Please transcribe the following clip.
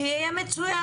שגם זה יהיה מצוין,